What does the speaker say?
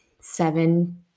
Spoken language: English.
seven